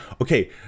okay